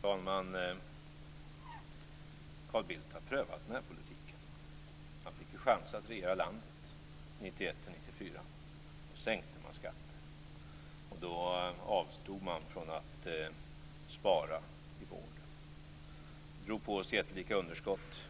Fru talman! Carl Bildt har prövat den politiken. Han fick chansen att regera landet 1991-1994. Då sänkte man skatter. Då avstod man från att spara i vården. Man drog på sig jättelika underskott,